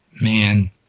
man